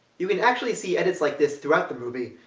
you can actually see edits like this throughout the movie,